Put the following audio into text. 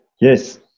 Yes